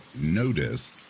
notice